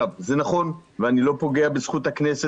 זה נכון ואני לא פוגע בזכות הכנסת.